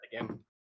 again